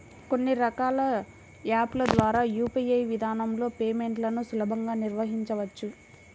కొన్ని రకాల యాప్ ల ద్వారా యూ.పీ.ఐ విధానంలో పేమెంట్లను సులభంగా నిర్వహించవచ్చు